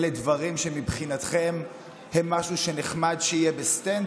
אלה דברים שמבחינתכם הם משהו שנחמד שיהיה בסטנד